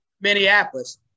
Minneapolis